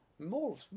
more